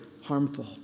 harmful